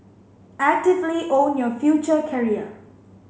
actively own your future career